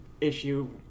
issue